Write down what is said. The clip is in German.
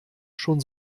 schon